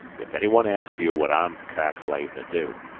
if any one asks you what i'm cal'latin' to do,